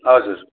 हजुर